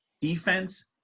defense